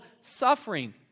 suffering